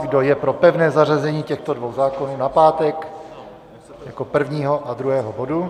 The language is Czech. Kdo je pro pevné zařazení těchto dvou zákonů na pátek jako prvního a druhého bodu?